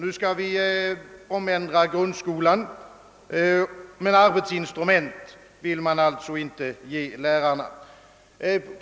Nu skall vi omändra grundskolan, men lärarna skall inte i samband härmed få några ytterligare instrument för sitt arbete.